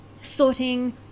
sorting